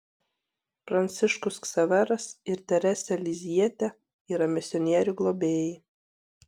pranciškus ksaveras ir terese lizjiete yra misionierių globėjai